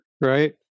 right